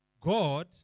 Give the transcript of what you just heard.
God